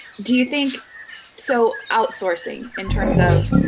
do you think so outsourcing, in terms of